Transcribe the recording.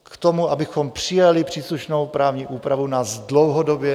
K tomu, abychom přijali příslušnou právní úpravu, nás dlouhodobě...